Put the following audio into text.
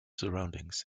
surroundings